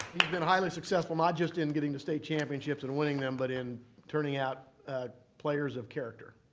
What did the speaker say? been highly successful, not just in getting to state championships and winning them but in turning out players of character.